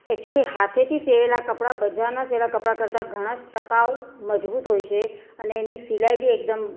actually હાથેથી સીવેલા કપડા બજારના સીવેલા કપળા કરતાં ઘણા જ ટકાઉ મજબૂત હોય છે અને એની સિલાઈ બી એકદમ